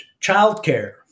childcare